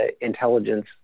intelligence